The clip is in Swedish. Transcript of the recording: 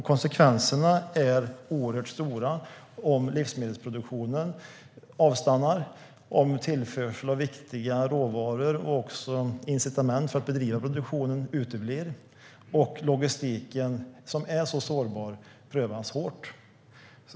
Konsekvenserna blir oerhört stora om livsmedelsproduktionen avstannar, om tillförsel av viktiga råvaror och också incitament för att bedriva produktion uteblir och om logistiken, som är sårbar, prövas hårt.